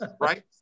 right